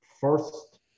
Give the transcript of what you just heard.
first